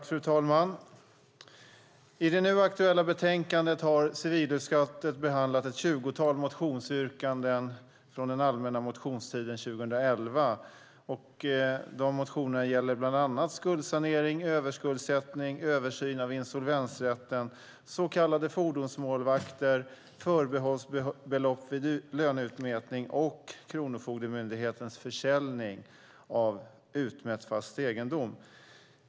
Fru talman! I det nu aktuella betänkandet har civilutskottet behandlat ett tjugotal motionsyrkanden från den allmänna motionstiden 2011. Motionerna gäller bland annat skuldsanering, överskuldsättning, översyn av insolvensrätten, så kallade fordonsmålvakter, förbehållsbelopp vid löneutmätning och Kronofogdemyndighetens försäljning av utmätt fast egendom.